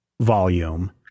volume